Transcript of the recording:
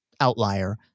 outlier